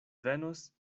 venos